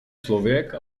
člověk